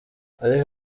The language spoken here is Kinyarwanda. ariko